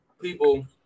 people